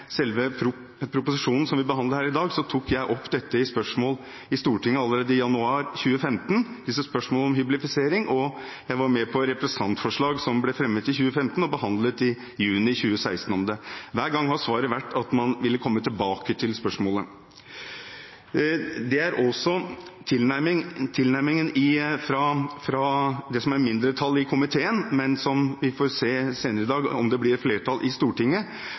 proposisjonen som vi behandler her i dag, tok jeg opp hyblifisering i spørsmål i Stortinget allerede i januar 2015, og jeg var med på et representantforslag om det som ble fremmet i 2015 og behandlet i juni 2016. Begge gangene var svaret at man ville komme tilbake til spørsmålet. Det er også tilnærmingen fra mindretallet i komiteen, som fremmer forslag om at departementet skal vurdere problemstillingen og komme tilbake til Stortinget med forslag. Vi får se senere i dag om det blir flertall i Stortinget